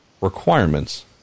requirements